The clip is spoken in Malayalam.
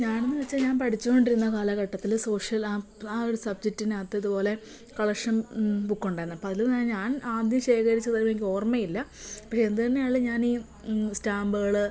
ഞാനെന്ന് വെച്ചാൽ ഞാൻ പഠിച്ചോണ്ടിരുന്ന കാലഘട്ടത്തില് സോഷ്യൽ അ ആ ഒരു സബ്ജെക്റ്റിനകത്ത് ഇത്പോലെ കളക്ഷൻ ബുക്കുണ്ടായിരുന്നു അപ്പോൾ അതില് നേ ഞാൻ ആദ്യം ശേഖരിച്ചത് എനിക്കോർമ്മയില്ല അപ്പോൾ എന്ത് തന്നെ ആയാലും ഞാനീ സ്റ്റാമ്പുകള്